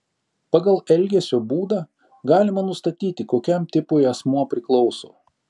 pagal elgesio būdą galima nustatyti kokiam tipui asmuo priklauso